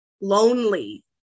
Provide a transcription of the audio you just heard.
lonely